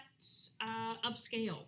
upscale